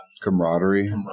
camaraderie